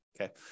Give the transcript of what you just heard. Okay